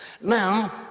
Now